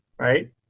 right